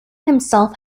himself